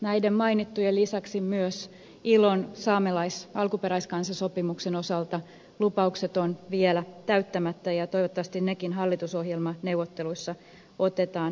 näiden mainittujen lisäksi myös ilon saamelais alkuperäiskansasopimuksen osalta lupaukset on vielä täyttämättä ja toivottavasti nekin hallitusohjelmaneuvotteluissa otetaan vakavasti